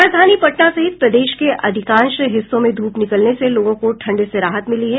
राजधानी पटना सहित प्रदेश के अधिकांश हिस्सों में धूप निकलने से लोगों को ठंड से राहत मिली है